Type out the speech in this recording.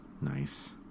Nice